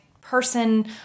person